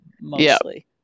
mostly